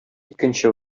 икенче